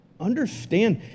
understand